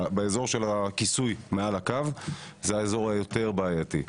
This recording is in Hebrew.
באזור של הכיסוי מעל הקו, זה האזור היותר בעייתי.